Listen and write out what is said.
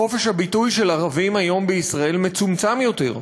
חופש הביטוי של ערבים היום בישראל מצומצם יותר,